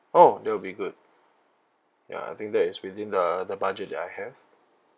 oh that'll be good ya I think that is within the the budget that I have